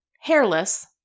hairless